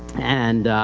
and,